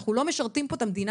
אנחנו לא משרתים פה את המדינה,